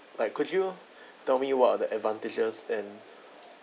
like could you tell me what are the advantages and